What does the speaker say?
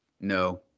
No